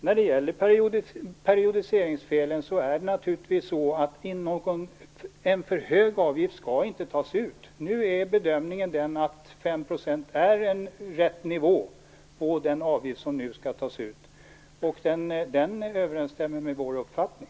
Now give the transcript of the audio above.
När det gäller periodiseringsfelen skall det inte tas ut en för hög avgift. Bedömningen är den att 5 % är rätt nivå på den avgift som nu skall tas ut. Det överensstämmer också med vår uppfattning.